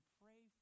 pray